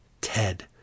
Ted